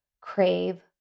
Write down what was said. crave